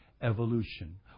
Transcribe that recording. Evolution